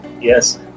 Yes